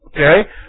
Okay